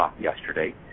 yesterday